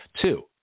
Two